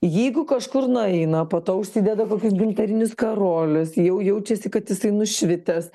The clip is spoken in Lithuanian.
jeigu kažkur nueina po to užsideda kokius gintarinius karolius jau jaučiasi kad jisai nušvitęs